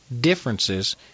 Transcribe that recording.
differences